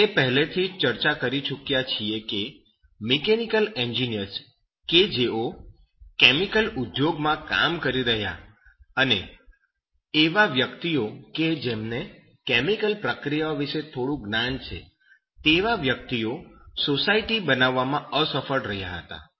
આપણે તે પહેલેથી જ ચર્ચા કરી ચૂક્યા છીએ છે કે મિકેનિકલ એન્જિનિયર્સ કે જેઓ કેમિકલ ઉધોગમાં કામ કરી રહ્યા અને એવા વ્યક્તિઓ કે જેમને કેમિકલ પ્રક્રિયાઓ વિશે થોડું જ્ઞાન છે તેવા વ્યક્તિઓ સોસાયટી બનાવવામાં અસફળ રહ્યા હતા